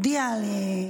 הודיעה על,